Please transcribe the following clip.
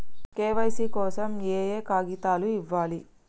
KYC కోసం ఏయే కాగితాలు ఇవ్వాలి?